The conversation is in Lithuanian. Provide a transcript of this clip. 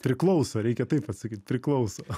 priklauso reikia taip atsakyt priklauso